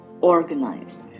organized